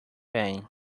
pain